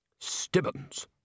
Stibbons